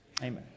amen